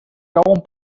cauen